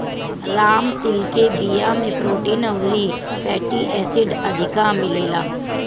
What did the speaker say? राम तिल के बिया में प्रोटीन अउरी फैटी एसिड अधिका मिलेला